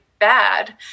Bad